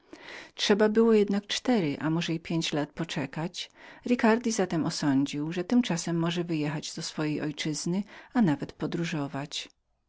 trzeba było jednak cztery a może i pięć lat poczekać ricardi zatem osądził że tymczasem mógł wyjechać do swojej ojczyzny a nawet podróżować